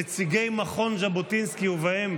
נציגי מכון ז'בוטינסקי, ובהם